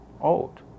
old